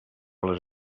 les